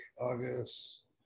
August